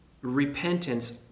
repentance